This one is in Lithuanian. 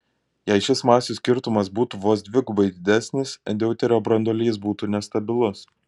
jei šis masių skirtumas būtų vos dvigubai didesnis deuterio branduolys būtų nestabilus